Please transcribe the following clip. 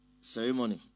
ceremony